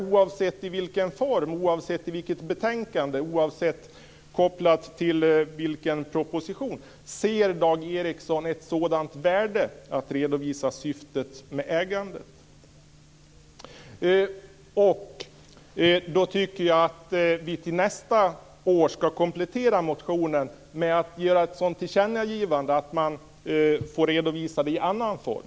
Oavsett i vilken form, oavsett i vilket betänkande och oavsett kopplingen till proposition ser Dag Ericson ett värde i att redovisa syftet med ägandet? Jag tycker att vi till nästa år skall komplettera motionen med att göra ett tillkännagivande om att redovisning skall få göras i annan form.